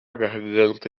garganta